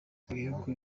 ibihugu